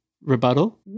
Rebuttal